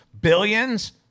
billions